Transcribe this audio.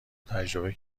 تجربه